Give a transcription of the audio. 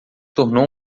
tornou